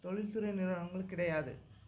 தொழில் சிறு நிறுவனங்கள் கிடையாது